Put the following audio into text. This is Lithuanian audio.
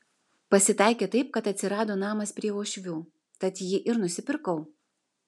pasitaikė taip kad atsirado namas prie uošvių tad jį ir nusipirkau